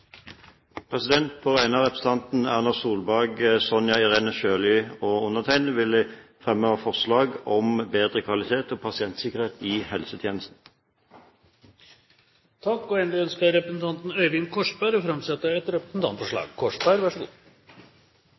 På vegne av representantene Erna Solberg, Sonja Irene Sjøli og meg selv vil jeg fremme forslag om bedre kvalitet og pasientsikkerhet i helsetjenesten. Endelig ønsker representanten Øyvind Korsberg å framsette et representantforslag.